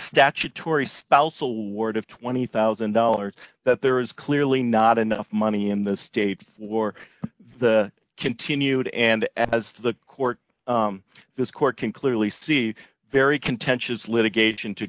statutory spousal ward of twenty thousand dollars that there is clearly not enough money in the state for the continued and as the court this court can clearly see very contentious litigation to